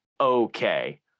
okay